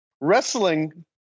wrestling